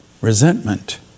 Resentment